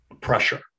pressure